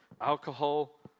alcohol